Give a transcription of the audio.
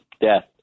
death